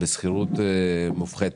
בשכירות מופחתת.